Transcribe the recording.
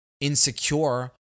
insecure